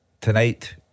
tonight